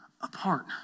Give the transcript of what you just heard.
apart